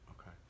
okay